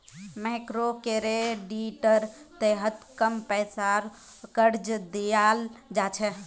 मइक्रोक्रेडिटेर तहत कम पैसार कर्ज दियाल जा छे